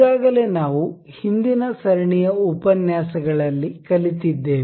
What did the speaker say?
ಈಗಾಗಲೇ ನಾವು ಹಿಂದಿನ ಸರಣಿಯ ಉಪನ್ಯಾಸಗಳಲ್ಲಿ ಕಲಿತಿದ್ದೇವೆ